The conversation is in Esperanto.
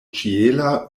ĉiela